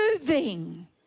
moving